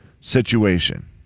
situation